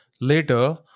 later